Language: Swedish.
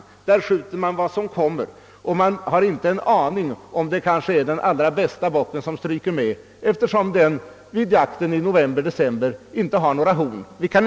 Vid sådan jakt skjuter man vad som kommer, och man har inte en aning om huruvida det kanske är den allra bästa bocken som stryker med, eftersom den vid jakten i november—december inte har några horn.